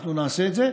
אנחנו נעשה את זה.